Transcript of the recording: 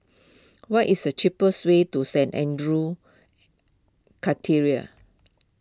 what is the cheapest way to Saint andrew's